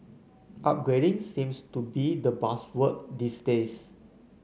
upgrading seems to be the buzzword these days